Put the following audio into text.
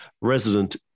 Resident